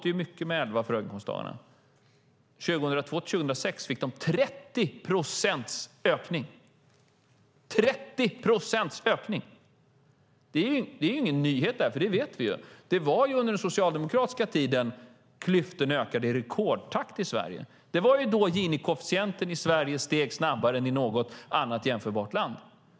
Det låter mycket med 11 procent för höginkomsttagarna, men 2002-2006 fick de 30 procents ökning - 30 procents ökning! Det är ingen nyhet. Vi vet att det var under den socialdemokratiska tiden klyftorna ökade i rekordtakt i Sverige. Det var då Gini-koefficienten i Sverige steg snabbare än i något annat jämförbart land.